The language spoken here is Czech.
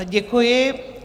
Děkuji.